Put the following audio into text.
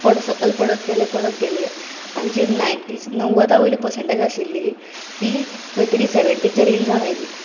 पड सकल पडत गेलें पडत गेलें आनी जी नाइन्टींची णव्वदावेली पर्सेन्टज आशिल्लीं ती खंय तरी सेवन्टीच्या रेन्जान आयलीं